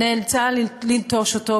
נאלצה לנטוש אותו,